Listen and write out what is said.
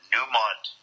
Newmont